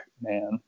man